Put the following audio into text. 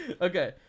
okay